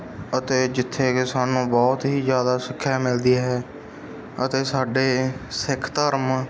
ਅਤੇ ਜਿੱਥੇ ਕਿ ਸਾਨੂੰ ਬਹੁਤ ਹੀ ਜ਼ਿਆਦਾ ਸਿੱਖਿਆ ਮਿਲਦੀ ਹੈ ਅਤੇ ਸਾਡੇ ਸਿੱਖ ਧਰਮ